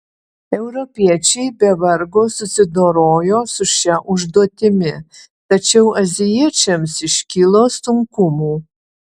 europiečiai be vargo susidorojo su šia užduotimi tačiau azijiečiams iškilo sunkumų